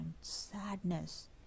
sadness